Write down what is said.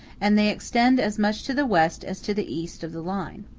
and they extend as much to the west as to the east of the line.